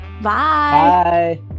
Bye